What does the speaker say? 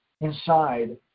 inside